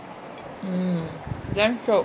mm damn shiok